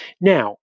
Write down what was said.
Now